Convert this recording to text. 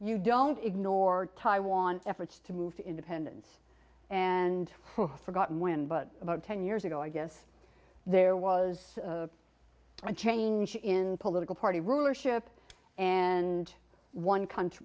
you don't ignore taiwan efforts to move to independence and for forgotten when but about ten years ago i guess there was a change in political party rulership and one country